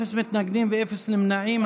אפס מתנגדים ואפס נמנעים.